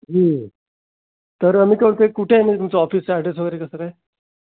तर मी का कुठे आहे म्हणजे तुमचं ऑफिसचा ॲड्रेस वगैरे कसा काय